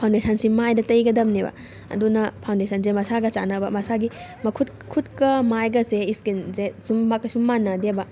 ꯐꯥꯎꯟꯗꯦꯁꯟꯁꯦ ꯃꯥꯏꯗ ꯇꯩꯒꯗꯕꯅꯦꯕ ꯑꯗꯨꯅ ꯐꯥꯎꯟꯗꯦꯁꯟꯁꯦ ꯃꯁꯥꯒ ꯆꯥꯟꯅꯕ ꯃꯁꯥꯒꯤ ꯃꯈꯨꯠ ꯈꯨꯠꯀꯥ ꯃꯥꯏꯒꯁꯦ ꯏꯁꯀꯤꯟꯁꯦ ꯁꯨꯝ ꯀꯩꯁꯨꯝ ꯃꯥꯟꯅꯗꯦꯕ